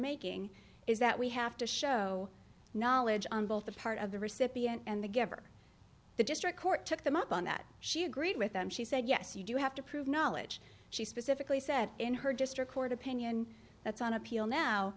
making is that we have to show knowledge on both the part of the recipient and the giver the district court took them up on that she agreed with them she said yes you do have to prove knowledge she specifically said in her district court opinion that's on appeal now